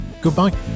Goodbye